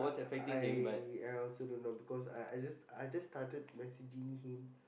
I I also don't know because I I just I just started messaging him